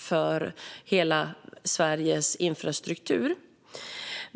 för hela Sveriges infrastruktur.